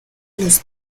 los